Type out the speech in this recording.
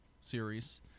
series